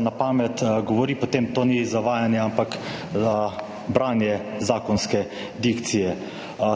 na pamet, potem to ni zavajanje, ampak branje zakonske dikcije.